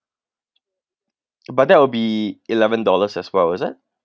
but that will be eleven dollars as well is it